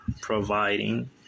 providing